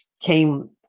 came